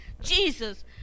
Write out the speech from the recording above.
Jesus